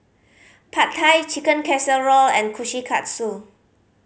Pad Thai Chicken Casserole and Kushikatsu